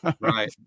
Right